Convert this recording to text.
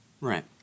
Right